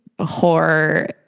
horror